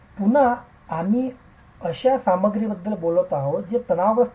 पुन्हा आम्ही अशा सामग्रीबद्दल बोलत आहोत जे तणावग्रस्त नाही